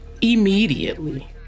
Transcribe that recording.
immediately